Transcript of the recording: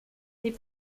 les